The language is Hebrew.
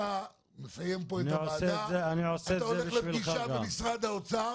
אתה מסיים פה והולך מפה לפגישה במשרד האוצר